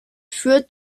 führt